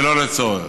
שלא צורך.